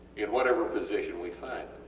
in whatever position we find,